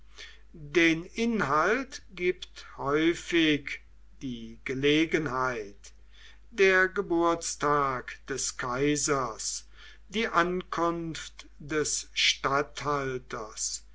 den inhalt gibt häufig die gelegenheit der geburtstag des kaisers die ankunft des